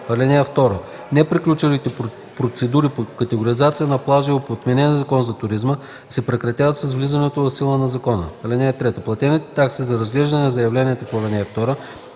(2) Неприключилите процедури по категоризация на плажове по отменения Закон за туризма се прекратяват с влизането в сила на закона. (3) Платените такси за разглеждане на заявленията по ал. 2